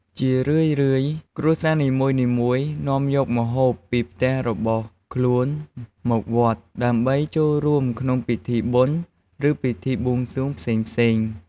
ជារឿយៗ គ្រួសារនីមួយៗនាំយកម្ហូបពីផ្ទះរបស់ខ្លួនមកវត្ត ដើម្បីចូលរួមក្នុងពិធីបុណ្យ ឬពិធីបួងសួងផ្សេងៗ។